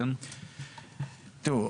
תראו,